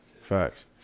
Facts